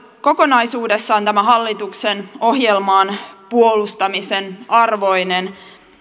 kokonaisuudessaan tämä hallituksen ohjelma on puolustamisen arvoinen